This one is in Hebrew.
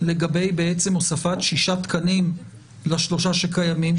לגבי הוספת שישה תקנים לשלושה שקיימים,